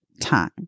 time